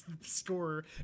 score